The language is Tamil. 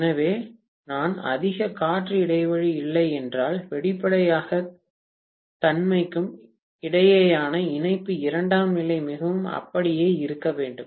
எனவே எனக்கு அதிக காற்று இடைவெளி இல்லை என்றால் வெளிப்படையாக தன்மைக்கும் இடையேயான இணைப்பு இரண்டாம் நிலை மிகவும் அப்படியே இருக்க வேண்டும்